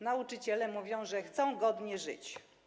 Nauczyciele mówią, że chcą godnie żyć.